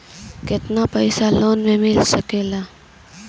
केतना पाइसा लोन में मिल सकेला?